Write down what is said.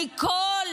מכל